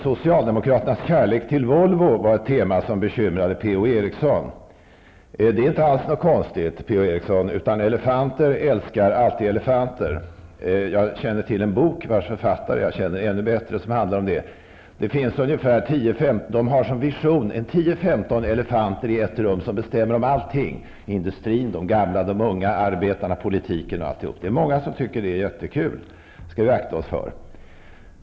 Socialdemokraternas kärlek till Volvo var ett tema som bekymrade Per-Ola Eriksson. Det är inte alls någonting konstigt, Per-Ola Eriksson, för elefanterna älskar alltid elefanter. Jag känner till en bok vars författare jag känner ännu bättre som handlar om detta. Det finns nämligen tio eller femton elefanter i ett rum som bestämmer om allting -- industrin, de unga och de gamla, de arbetande och politiken. Det är många som tycker att det är jättekul, men det skall vi akta oss för.